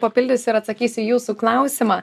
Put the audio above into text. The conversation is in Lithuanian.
papildysiu ir atsakysiu į jūsų klausimą